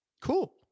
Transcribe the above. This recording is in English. Cool